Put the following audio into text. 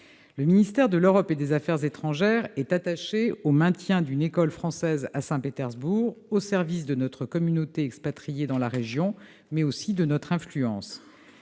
Le ministère de l'Europe et des affaires étrangères est attaché au maintien d'une école française à Saint-Pétersbourg, au service non seulement de notre communauté expatriée dans la région, mais aussi de notre influence.